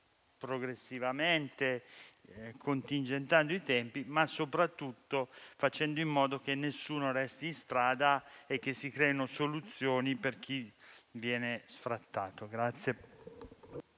progressivamente, contingentando i tempi, ma soprattutto perché nessuno resti in strada e che si creino soluzioni per chi viene sfrattato.